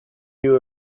you